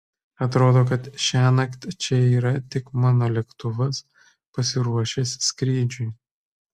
atrodo kad šiąnakt čia yra tik mano lėktuvas pasiruošęs skrydžiui